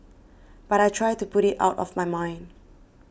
but I try to put it out of my mind